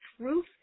truth